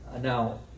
Now